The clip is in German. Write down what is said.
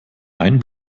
ein